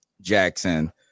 Jackson